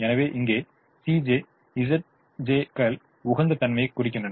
எனவே இங்கே கள் உகந்த தன்மையைக் குறிக்கின்றன